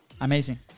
Amazing